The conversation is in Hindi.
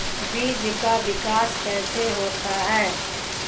बीज का विकास कैसे होता है?